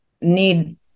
need